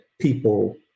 people